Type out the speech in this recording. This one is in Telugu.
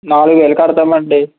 నాలుగు వేలు కడతాం అండి